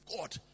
God